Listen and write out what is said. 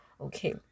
okay